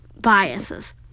biases